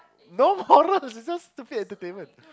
no morals it's just stupid entertainment